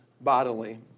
bodily